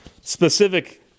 specific